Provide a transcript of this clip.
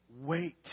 wait